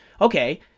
okay